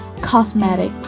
cosmetic